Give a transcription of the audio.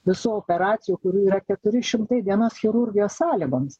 visų operacijų kurių yra keturi šimtai dienos chirurgijos sąlygomis